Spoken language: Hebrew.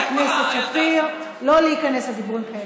הכנסת שפיר שלא להיכנס לדיבורים כאלה.